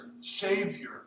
savior